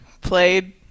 played